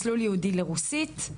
מסלול ייעודי לרוסית,